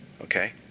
Okay